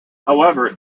however